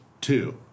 two